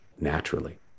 naturally